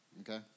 okay